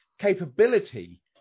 capability